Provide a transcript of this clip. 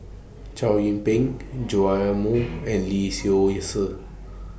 Chow Yian Ping Joash Moo and Lee Seow Ser